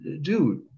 dude